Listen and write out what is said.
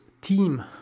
team